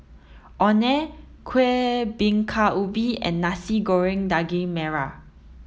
Orh Nee Kueh Bingka Ubi and Nasi Goreng Daging Merah